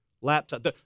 laptop